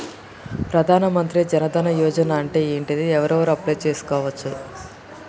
ప్రధాన మంత్రి జన్ ధన్ యోజన అంటే ఏంటిది? ఎవరెవరు అప్లయ్ చేస్కోవచ్చు?